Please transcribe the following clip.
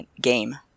game